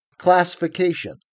classification